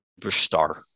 superstar